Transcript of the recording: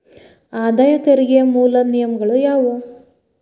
ಆದಾಯ ತೆರಿಗೆಯ ಮೂಲ ನಿಯಮಗಳ ಯಾವು